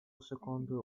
secondo